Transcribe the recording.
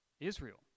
Israel